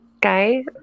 guy